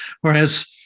Whereas